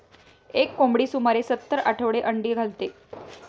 एक कोंबडी सुमारे सत्तर आठवडे अंडी घालते